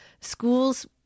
schools